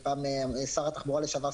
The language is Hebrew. שר התחבורה לשעבר,